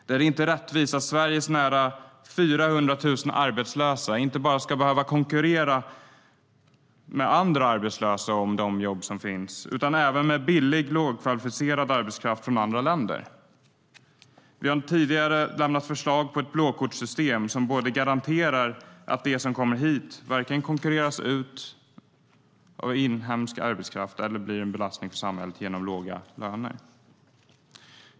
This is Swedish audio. Det är inte rättvist att Sveriges nära 400 000 arbetslösa inte bara ska behöva konkurrera med varandra om de jobb som finns utan även med billig lågkvalificerad arbetskraft från andra länder. Vi har tidigare lämnat förslag på ett blåkortssystem som garanterar att de som kommer hit varken konkurrerar ut inhemsk arbetskraft eller blir en belastning för samhället genom låga löner.